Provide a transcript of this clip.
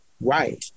Right